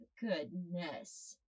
goodness